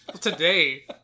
Today